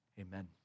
Amen